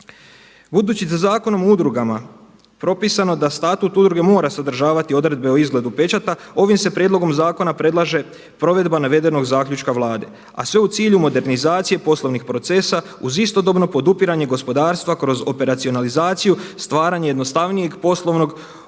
Budući da Zakonom o udrugama propisano da Statut udruge mora sadržavati odredbe o izgledu pečata ovim se prijedlogom zakona predlaže provedba navedenog zaključka Vlade, a sve u cilju modernizacije poslovnih procesa uz istodobno podupiranje gospodarstva kroz operacionalizaciju, stvaranje jednostavnijeg poslovnog